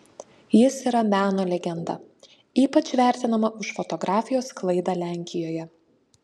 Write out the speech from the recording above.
jis yra meno legenda ypač vertinama už fotografijos sklaidą lenkijoje